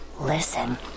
listen